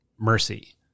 mercy